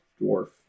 Dwarf